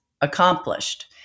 accomplished